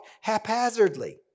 haphazardly